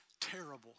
terrible